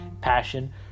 passion